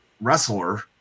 wrestler